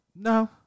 no